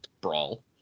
brawl